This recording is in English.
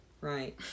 Right